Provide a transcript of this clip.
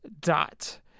dot